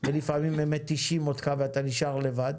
ולפעמים הם מתישים אותך ואתה נשאר לבד,